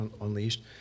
unleashed